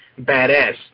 badass